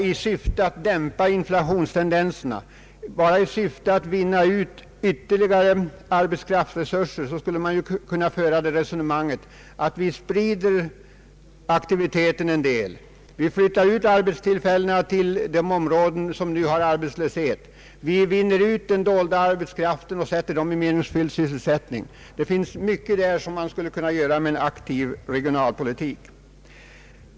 I syfte att dämpa inflationstendenserna, att vinna ut ytterligare arbetskraftsresurser skulle man kunna föra det resonemanget att vi skall spri da aktiviteten en del och flytta ut arbetstillfällena till de områden som nu har arbetslöshet; vi skulle vinna ut den dolda arbetskraften och sätta dessa personer i meningsfull sysselsättning. Det finns mycket som skulle kunna göras med en aktiv regionalpolitik.